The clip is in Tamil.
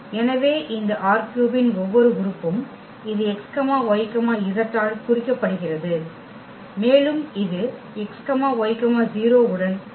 எனவே இந்த ℝ3 இன் ஒவ்வொரு உறுப்பும் இது x y z ஆல் குறிக்கப்படுகிறது மேலும் இது x y 0 உடன் கோர்ப்பாகிறது